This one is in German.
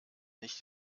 nicht